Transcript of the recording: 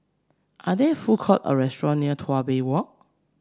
are there food courts or restaurants near Tuas Bay Walk